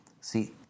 See